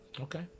Okay